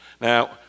Now